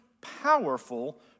powerful